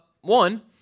One